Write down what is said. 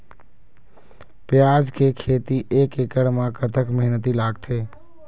प्याज के खेती एक एकड़ म कतक मेहनती लागथे?